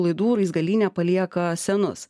laidų raizgalyne palieka senus